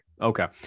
Okay